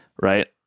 Right